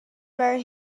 were